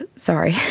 ah sorry,